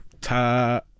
Ta